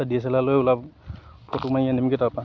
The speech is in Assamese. তাত ডি এছ এল আৰ লৈ অলপ ফটো মাৰি আনিমগৈ তাৰপৰা